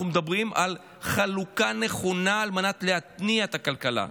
אנחנו מדברים על חלוקה נכונה על מנת להתניע את הכלכלה.